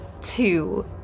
two